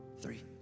three